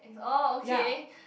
orh okay